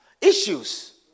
issues